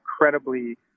incredibly